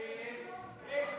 שלוש